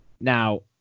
Now –